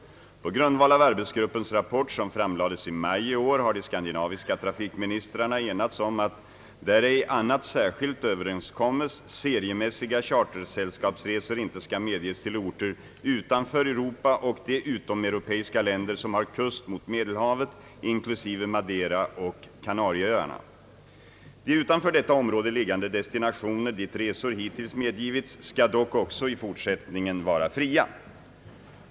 På grundval av arbetsgruppens rapport som framlades i maj i år har de skandinaviska trafikministrarna enats om att, där ej annat särskilt överenskommes, seriemässiga chartersällskapsresor inte skall medges till orter utanför Europa och de utomeuropeiska länder som har kust mot Medelhavet, inklusive Madeira och Kanarieöarna. De utanför detta område liggande destinationer dit resor hittills medgivits skall dock också i fortsättningen vara fria.